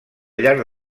llarg